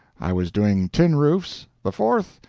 i was doing tin roofs the forth,